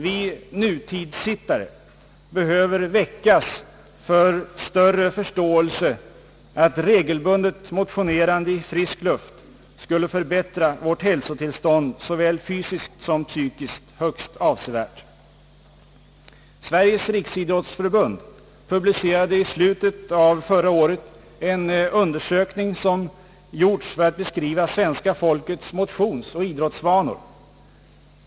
Vi »nutidsittare» behöver väckas för större förståelse för att regelbundet motionerande i frisk luft skulle förbättra vårt hälsotillstånd såväl fysiskt som psykiskt högst avsevärt. Sveriges riksidrottsförbund publicerade i slutet av förra året en undersökning som gjorts för att beskriva svenska folkets motionsoch idrottsvanor.